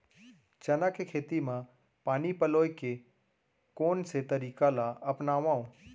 चना के खेती म पानी पलोय के कोन से तरीका ला अपनावव?